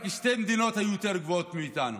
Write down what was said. רק שתי מדינות היו יותר גבוהות מאיתנו,